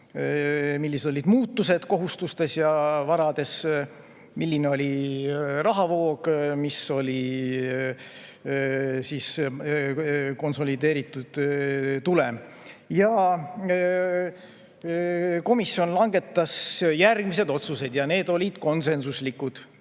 millised olid muutused kohustistes ja varades, milline oli rahavoog, mis oli konsolideeritud tulem. Komisjon langetas järgmised otsused ja need olid konsensuslikud.